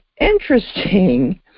interesting